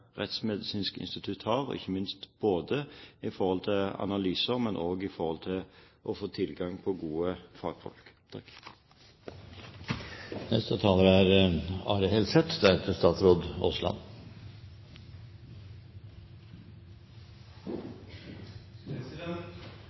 Rettsmedisinsk institutt har, ikke minst i forhold til analyser, men også i forhold til å få tilgang på gode fagfolk.